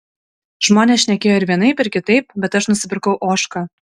žmonės šnekėjo ir vienaip ir kitaip bet aš nusipirkau ožką